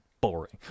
boring